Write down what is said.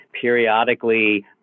Periodically